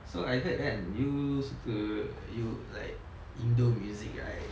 so I heard kan you suka you like indo music right